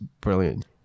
brilliant